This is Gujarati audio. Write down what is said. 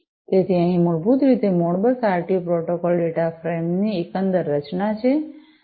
તેથી અહીં મૂળભૂત રીતે Modbus RTU protocol data frame ની એકંદર રચના છે